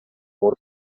mur